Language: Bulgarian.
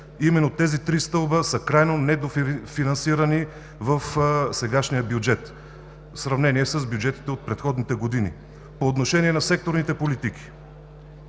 Именно тези три стълба са крайно недофинансирани в сегашния бюджет в сравнение с бюджетите от предходните години. По отношение на секторните политики